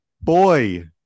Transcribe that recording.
boy